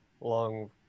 long